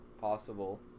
possible